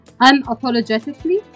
unapologetically